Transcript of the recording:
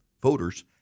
Voters